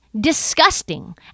disgusting